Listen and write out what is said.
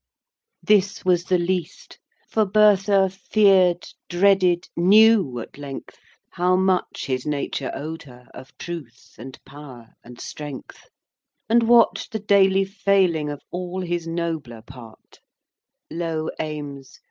this was the least for bertha fear'd, dreaded, knew at length, how much his nature owed her of truth, and power, and strength and watch'd the daily failing of all his nobler part low aims,